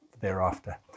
thereafter